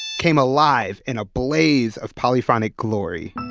came alive in a blaze of polyphonic glory.